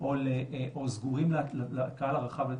או סגורים לקהל הרחב,